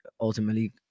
ultimately